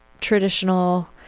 traditional